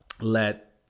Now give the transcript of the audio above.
let